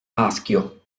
maschio